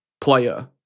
player